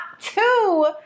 two